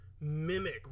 mimic